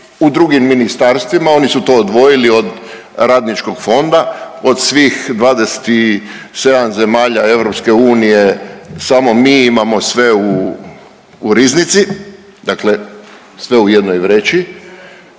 u drugim ministarstvima. Oni su to odvojili od radničkog fonda. Od svih 27 zemalja EU samo mi imamo sve u riznici, dakle sve u jednoj vreći